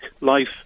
life